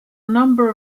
number